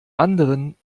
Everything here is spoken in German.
anderen